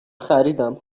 خریدم